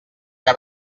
que